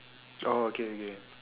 oh okay okay